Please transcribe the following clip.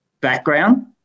background